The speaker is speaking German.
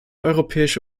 europäische